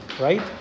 right